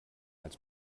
als